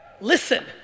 Listen